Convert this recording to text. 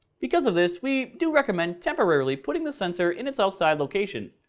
because of this, we do recommend temporarily putting the sensor in its outside location,